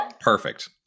Perfect